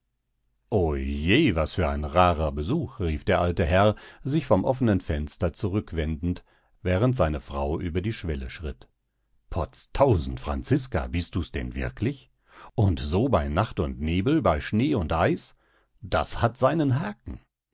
o je was für ein rarer besuch rief der alte herr sich vom offenen fenster zurückwendend während seine frau über die schwelle schritt potztausend franziska bist du's denn wirklich und so bei nacht und nebel bei schnee und eis das hat seinen haken